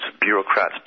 bureaucrats